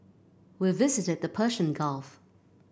we visited the Persian Gulf